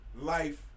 life